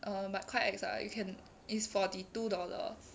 um but quite ex lah you can is forty two dollar